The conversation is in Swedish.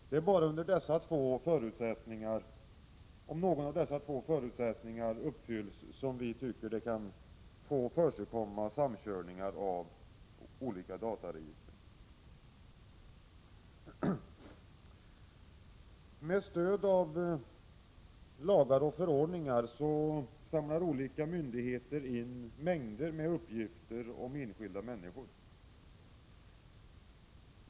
Det är bara om någon av dessa två förutsättningar uppfylls som vi tycker att samkörning mellan olika dataregister skall få förekomma. Med stöd av lagar och förordningar samlar olika myndigheter in mängder med uppgifter om enskilda människor.